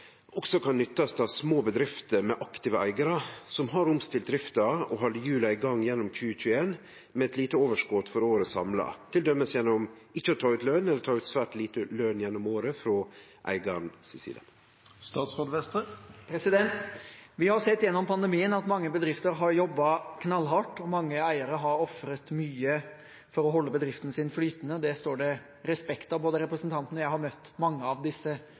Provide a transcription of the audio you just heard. også kan nyttast av små bedrifter med aktive eigarar som har omstilt drifta og halde hjula i gang gjennom 2021 med eit lite overskot for året samla, til dømes gjennom ikkje å ta ut løn eller å ta ut svært lite løn gjennom året frå eigaren si side?» Vi har gjennom pandemien sett at mange bedrifter har jobbet knallhardt, og mange eiere har ofret mye for å holde bedriften sin flytende. Det står det respekt av. Både representanten og jeg har møtt mange av